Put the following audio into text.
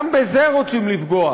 גם בזה רוצים לפגוע.